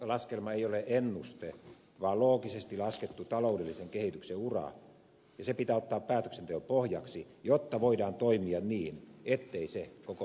painelaskelma ei ole ennuste vaan loogisesti laskettu taloudellisen kehityksen ura ja se pitää ottaa päätöksenteon pohjaksi jotta voidaan toimia niin ettei se koko voimalla toteudu